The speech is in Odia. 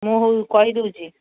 ମୁଁ ହଉ କହିଦେଉଛି